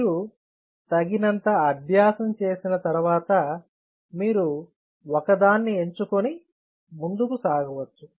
మీరు తగినంత అభ్యాసం చేసిన తర్వాత మీరు ఒక దాన్ని ఎంచుకుని ముందుకు సాగవచ్చు